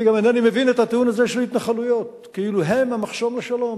אני גם אינני מבין את הטיעון הזה של התנחלויות כאילו הן המחסום לשלום.